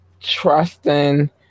trusting